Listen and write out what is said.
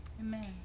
Amen